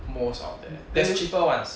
most of that there's cheaper ones